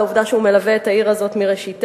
על העובדה שהוא מלווה את העיר הזאת מראשיתה.